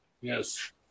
Yes